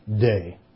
day